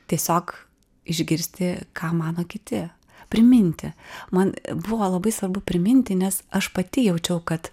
tiesiog išgirsti ką mano kiti priminti man buvo labai svarbu priminti nes aš pati jaučiau kad